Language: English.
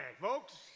folks